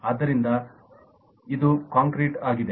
ಆದ್ದರಿಂದ ಆದರೆ ಇದು ಕಾಂಕ್ರೀಟ್ ಆಗಿದೆ